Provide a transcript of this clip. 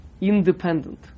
independent